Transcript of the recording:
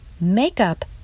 Makeup